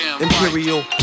imperial